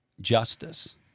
justice